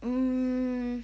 um